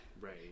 right